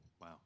Wow